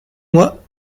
moi